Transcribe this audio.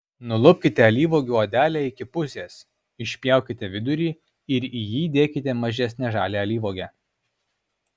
nulupkite alyvuogių odelę iki pusės išpjaukite vidurį ir į jį įdėkite mažesnę žalią alyvuogę